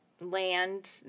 land